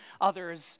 others